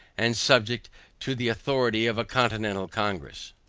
and subject to the authority of a continental congress.